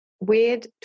weird